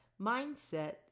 mindset